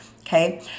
Okay